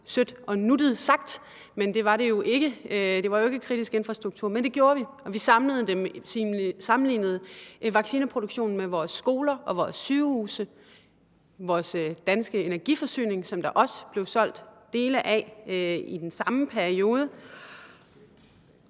det var lidt sødt og nuttet sagt, for man mente ikke, det var kritisk infrastruktur, men det sagde vi, og vi sammenlignede vaccineproduktionen med vores skoler og vores sygehuse og vores danske energiforsyning, som der også i den samme periode